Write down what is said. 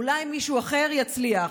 אולי מישהו אחר יצליח.